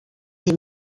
des